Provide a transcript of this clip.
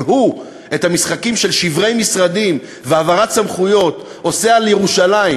אם הוא את המשחקים של שברי משרדים והעברת סמכויות עושה על ירושלים,